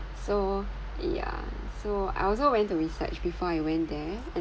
so yeah so I also went to research before I went there and